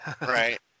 Right